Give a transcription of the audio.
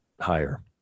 higher